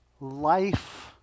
life